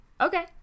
okay